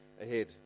ahead